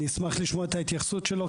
אני אשמח לשמוע את ההתייחסות שלו,